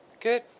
Good